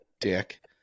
Dick